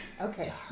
Okay